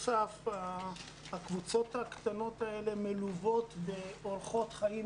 הקבוצות הקטנות האלה מלוות באורחות חיים